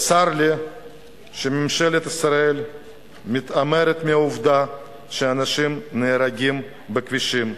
צר לי שממשלת ישראל מתעלמת מהעובדה שאנשים נהרגים בכבישים.